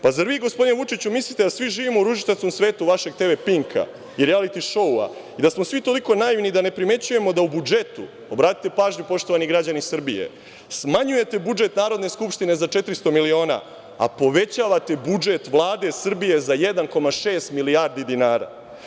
Pa, zar vi, gospodine Vučiću, mislite da svi živimo u ružičastom svetu vašeg tv Pinka, rijaliti šoua, i da smo svi toliko naivni da ne primećujemo da u budžetu, obratite pažnju poštovani građani Srbije, da smanjujete budžet Narodne skupštine za 400 miliona, a povećavate budžet Vlade Srbije za 1,6 milijardi dinara.